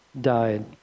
died